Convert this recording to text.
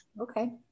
Okay